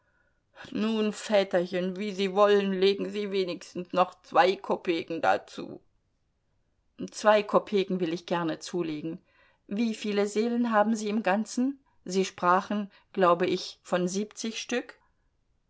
nun väterchen wie sie wollen legen sie wenigstens noch zwei kopeken dazu zwei kopeken will ich gerne zulegen wie viele seelen haben sie im ganzen sie sprachen glaube ich von siebzig stück